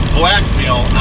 blackmail